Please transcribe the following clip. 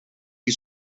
qui